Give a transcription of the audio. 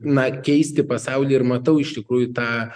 na keisti pasaulį ir matau iš tikrųjų tą